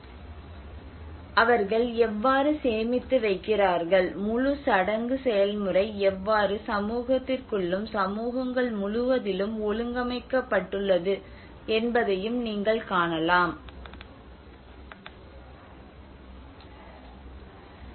Video Start Time 1646 அவர்கள் எவ்வாறு சேமித்து வைக்கிறார்கள் முழு சடங்கு செயல்முறை எவ்வாறு சமூகத்திற்குள்ளும் சமூகங்கள் முழுவதிலும் ஒழுங்கமைக்கப்பட்டுள்ளது என்பதையும் நீங்கள் காணலாம்